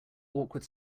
awkward